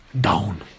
down